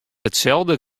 itselde